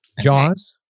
Jaws